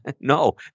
No